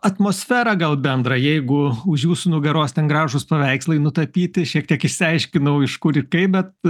atmosferą gal bendrą jeigu už jūsų nugaros ten gražūs paveikslai nutapyti šiek tiek išsiaiškinau iš kur ir kaip bet